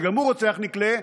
שגם הוא רוצח נקלה,